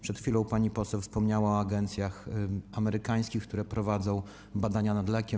Przed chwilą pani poseł wspomniała o agencjach amerykańskich, które prowadzą badania nad lekiem.